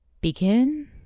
Begin